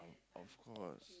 of course